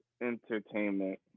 Entertainment